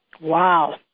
Wow